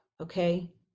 okay